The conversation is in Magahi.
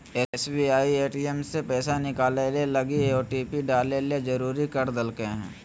एस.बी.आई ए.टी.एम से पैसा निकलैय लगी ओटिपी डाले ले जरुरी कर देल कय हें